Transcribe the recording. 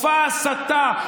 מופע ההסתה,